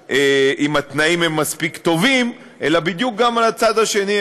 התנאים מספיק טובים אלא בדיוק על הצד השני,